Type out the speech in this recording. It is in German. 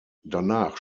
danach